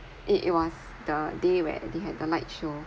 it it was the day when they had the light show